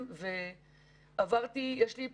זה מעודד כלכלה שחורה והם